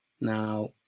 Now